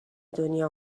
دنیا